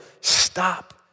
Stop